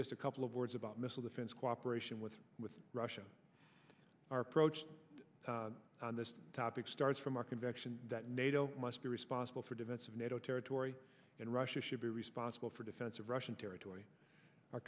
just a couple of words about missile defense cooperation with with russia our approach on this topic starts from our conviction that nato must be responsible for defense of nato territory and russia should be responsible for defense of russian territory o